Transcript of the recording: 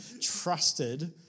trusted